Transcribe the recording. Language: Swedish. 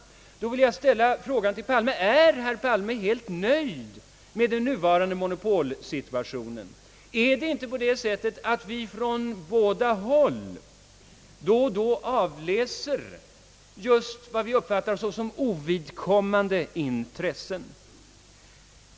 Jag vill då ställa en fråga till herr Palme: Är herr Palme helt nöjd med den nuvarande monopolsituationen? Är det inte på det sättet att vi på båda håll avläser just vad vi uppfattar såsom ovidkommande intressen?